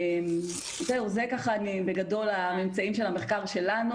זה בגדול הממצאים של המחקר שלנו.